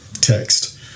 text